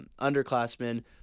underclassmen